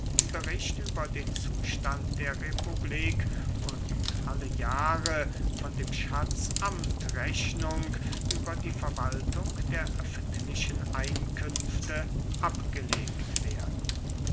bericht über den zustand der republik und alle jahre von dem schatzamt rechnung über die verwaltung der öffentlichen einkünfte abgelegt werden